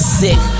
sick